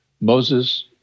Moses